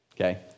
okay